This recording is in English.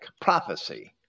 prophecy